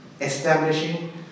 establishing